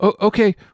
Okay